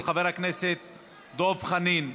של חבר הכנסת דב חנין.